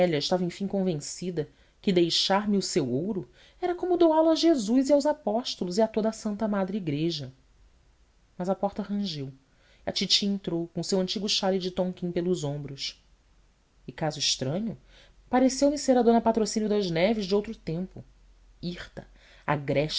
estava enfim convencida que deixar-me o seu ouro era como doá lo a jesus e aos apóstolos e a toda a santa madre igreja mas a porta rangeu a titi entrou com o seu antigo xale de tonquim pelos ombros e caso estranho pareceu-me ser a d patrocínio das neves de outro tempo hirta